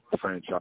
franchise